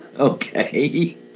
Okay